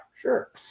sure